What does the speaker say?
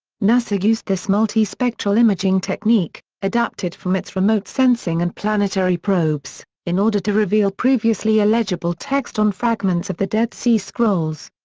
nasa used this multi-spectral imaging technique, adapted from its remote sensing and planetary probes, in order to reveal previously illegible text on fragments of the dead sea scrolls.